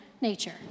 nature